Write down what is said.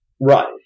Right